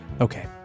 Okay